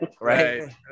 Right